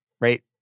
Right